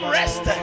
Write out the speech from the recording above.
rest